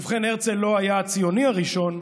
ובכן, הרצל לא היה הציוני הראשון,